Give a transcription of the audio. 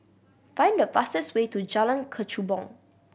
find the fastest way to Jalan Kechubong